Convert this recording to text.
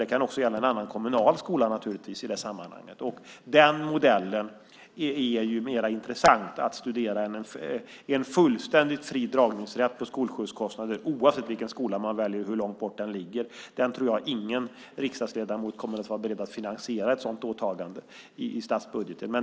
Det kan också gälla en annan kommunal skola naturligtvis i det sammanhanget. Den modellen är mer intressant att studera än en fullständigt fri dragningsrätt på skolskjutskostnader oavsett vilken skola man väljer och hur långt bort den ligger. Jag tror inte att någon riksdagsledamot kommer att vara beredd att finansiera ett sådant åtagande i statsbudgeten.